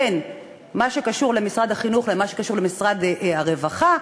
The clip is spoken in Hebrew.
בין מה שקשור למשרד החינוך למה שקשור למשרד הרווחה,